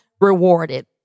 rewarded